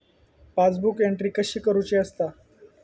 Passbook entry कशी करुची असता?